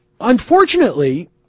unfortunately